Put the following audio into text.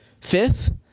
fifth